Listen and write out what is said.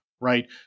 right